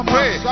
Pray